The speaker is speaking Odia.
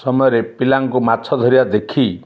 ସମୟରେ ପିଲାଙ୍କୁ ମାଛ ଧରିବା ଦେଖି